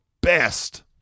best